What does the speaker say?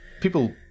People